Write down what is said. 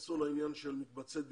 כנסו לעניין של מקבצי דיור.